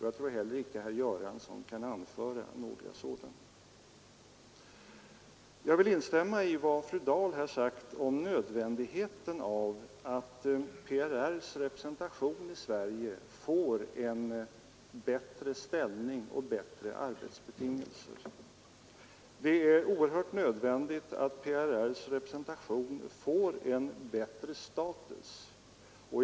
Jag tror att inte heller herr Göransson kan anföra några sådana exempel. Jag vill instämma i vad fru Dahl sagt om önskvärdheten av att PRR:s representation i Sverige får en bättre ställning och rimligare arbetsbetingelser. Det är oerhört nödvändigt att PRR:s representation får en högre status.